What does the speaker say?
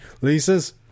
Lisa's